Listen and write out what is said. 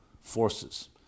forces